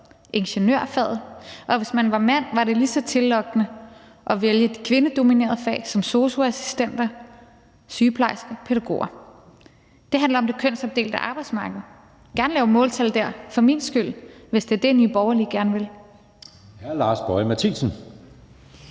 ingeniørfaget, og at hvis man var mand, var det lige så tillokkende at vælge et kvindedomineret fag som sosu-assistent, sygeplejerske, pædagog. Det handler om det kønsopdelte arbejdsmarked. Man kunne gerne lave måltal dér for min skyld, hvis det er det, Nye Borgerlige gerne vil. Kl. 18:22 Anden